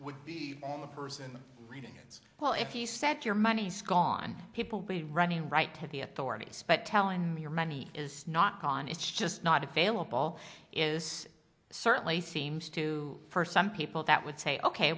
would be on the person writing well if you set your money's gone people be running right to the authorities but telling me your money is not gone it's just not available is certainly seems to for some people that would say ok